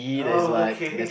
oh okay